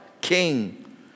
King